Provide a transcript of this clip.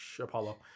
Apollo